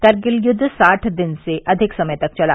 करगिल युद्व साठ दिन से अधिक समय तक चला